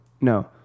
No